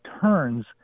turns